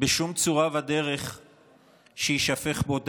בשום צורה ודרך שיישפך פה דם,